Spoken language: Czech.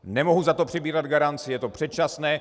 Nemohu za to přebírat garanci, je to předčasné.